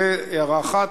זו הערה אחת.